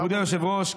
מכובדי היושב-ראש,